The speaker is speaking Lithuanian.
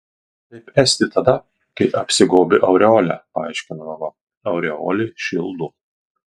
taip esti tada kai apsigobi aureole paaiškina mama aureolė šildo